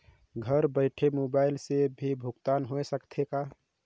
घर बइठे मोबाईल से भी भुगतान होय सकथे का?